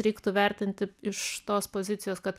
reiktų vertinti iš tos pozicijos kad